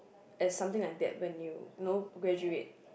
as something like that when you know graduate